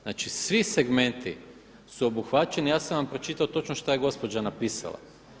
Znači svi segmenti su obuhvaćeni, ja sam vam pročitao šta je gospođa napisala.